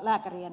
lääkärien tilanteen